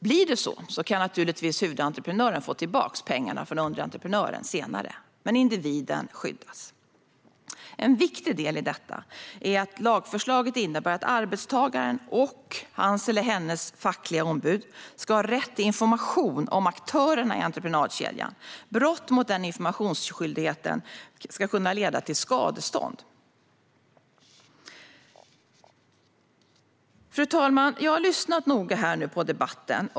Blir det så kan naturligtvis huvudentreprenören få tillbaka pengarna från underentreprenören senare, men individen skyddas. En viktig del i detta är att lagförslaget innebär att arbetstagaren och hans eller hennes fackliga ombud ska ha rätt till information om aktörerna i entreprenadkedjan. Brott mot den informationsskyldigheten ska kunna leda till skadestånd. Fru talman! Jag har lyssnat noga på debatten.